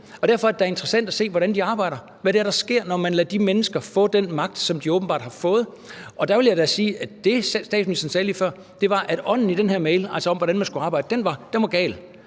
og derfor er det da interessant at se, hvordan de arbejder; hvad det er, der sker, når man lader de mennesker få den magt, som de åbenbart har fået. Og der vil jeg da sige, at det, statsministeren sagde lige før, var, at ånden i den her mail, altså om, hvordan man skulle arbejde, var gal.